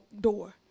door